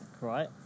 right